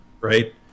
right